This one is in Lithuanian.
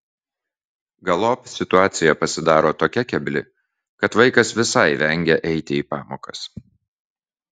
galop situacija pasidaro tokia kebli kad vaikas visai vengia eiti į pamokas